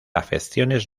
afecciones